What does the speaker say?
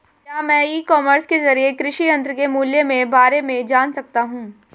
क्या मैं e commerce के ज़रिए कृषि यंत्र के मूल्य में बारे में जान सकता हूँ?